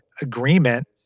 agreement